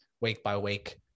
week-by-week